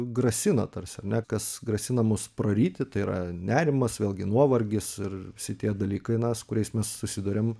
grasina tarsi ar ne kas grasina mus praryti tai yra nerimas vėlgi nuovargis ir visi tie dalykai na su kuriais mes susiduriam